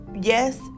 Yes